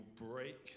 break